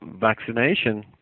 vaccination